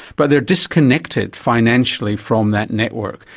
but they're disconnected financially from that network,